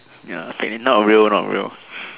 ya not real not real